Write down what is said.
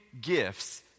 gifts